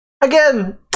Again